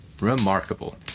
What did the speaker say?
Remarkable